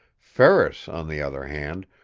ferris, on the other hand,